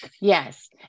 yes